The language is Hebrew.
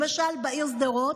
למשל, העיר שדרות,